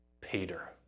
Peter